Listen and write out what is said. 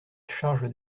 charge